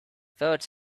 thought